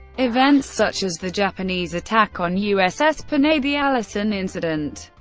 events such as the japanese attack on uss panay, the allison incident,